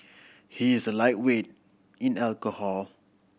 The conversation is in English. he is a lightweight in alcohol